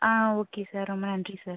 okay sir ரொம்ப நன்றி sir